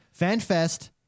FanFest